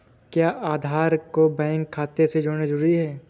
क्या आधार को बैंक खाते से जोड़ना जरूरी है?